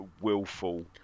willful